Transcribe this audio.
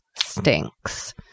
stinks